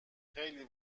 خیلی